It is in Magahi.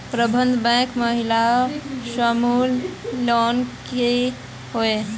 प्रबंधन बैंक महिला समूह लोन की होय?